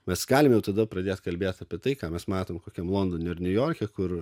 mes galim jau tada pradėt kalbėt apie tai ką mes matom kokiam londone ar niujorke kur